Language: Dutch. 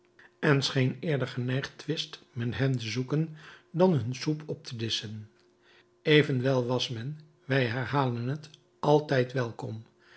en scheen eerder geneigd twist met hen te zoeken dan hun soep op te disschen evenwel was men wij herhalen het altijd welkom